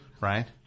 Right